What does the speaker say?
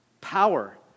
power